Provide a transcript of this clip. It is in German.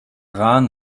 rahn